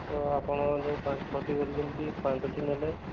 ତ ଆପଣ ଯେଉଁ ପାଞ୍ଚ ଛଅଟି କହୁଛନ୍ତି ପାଞ୍ଚଟି ନେଲେ